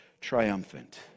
triumphant